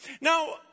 Now